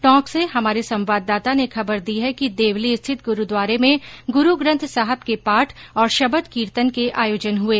टोंक से हमारे संवाददाता ने खबर दी है कि देवली रिथित गुरूद्वारे में गुरूग्रंथ साहब के पाठ और शबद कीर्तन के आयोजन हुये